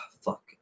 fuck